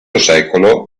secolo